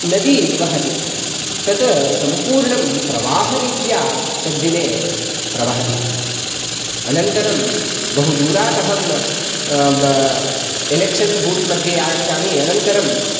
नदी वहति तत् सम्पुर्णं प्रवाहरीत्या तद्दिने प्रवहति अनन्तरं बहुदूरात् अहं एलेक्षन् बुत् मध्ये आगच्छामि अनन्तरं